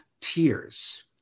Tears